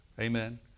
Amen